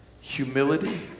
Humility